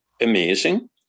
amazing